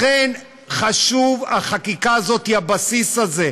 לכן חשובה החקיקה הזו, הבסיס הזה,